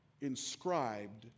inscribed